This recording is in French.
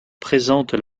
présentent